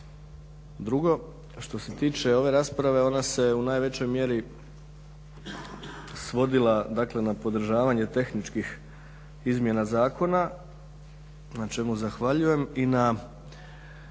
Drugo. Što se tiče ove rasprave ona se u najvećoj mjeri svodila, dakle na podržavanje tehničkih izmjena zakona na čemu zahvaljujem i na